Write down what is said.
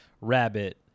rabbit